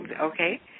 okay